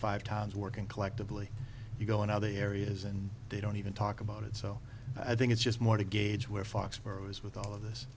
ive towns working collectively you go in other areas and they don't even talk about it so i think it's just more to gauge where foxborough is with all of this